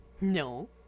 No